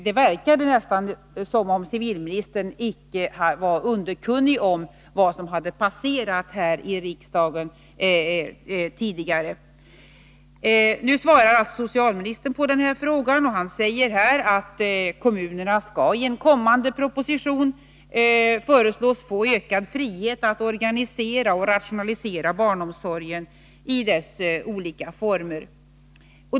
Det verkade nästan som om civilministern icke var underkunnig om vad som hade passerat här i riksdagen tidigare. Nu svarar alltså socialministern på den här frågan, och han säger att i en kommande proposition skall kommunerna föreslås få ökad frihet att organisera och rationalisera barnomsorgen i alla dess olika former.